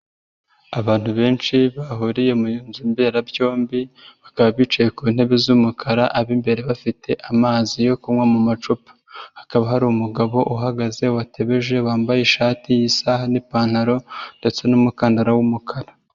Abantu benshi bahuriye mu nzu mberabyombi bakaba bicaye ku ntebe z'umukara ab'imbere bafite amazi yo kunywa mu macupa, hakaba hari umugabo uhagaze watebeje wambaye ishati n'isaha n'ipantaro ndetse n'umukandara w'umukara.